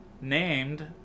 Named